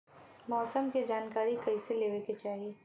मौसम के जानकारी कईसे लेवे के चाही?